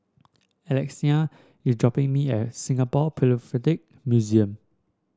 Alexina is dropping me at Singapore Philatelic Museum